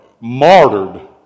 martyred